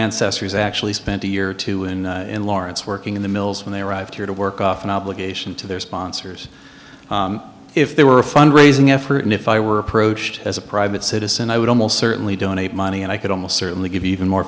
ancestors actually spent a year or two in in lawrence working in the mills when they arrived here to work off an obligation to their sponsors if they were fund raising effort and if i were approached as a private citizen i would almost certainly donate money and i could almost certainly give even more